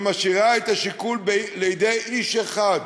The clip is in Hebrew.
שמשאירה את השיקול בידי איש אחד.